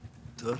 אתכם.